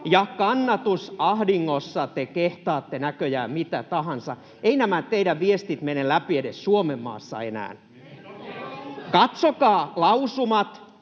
Kannatusahdingossa te kehtaatte näköjään mitä tahansa. Eivät nämä teidän viestinne mene läpi edes Suomenmaassa enää. [Keskustan